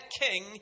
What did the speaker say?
king